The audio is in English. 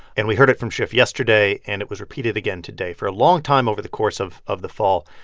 and we heard it from schiff yesterday. and it was repeated again today. for a long time over the course of of the fall,